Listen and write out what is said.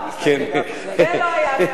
זה לא היה מעולם.